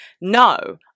No